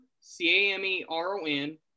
C-A-M-E-R-O-N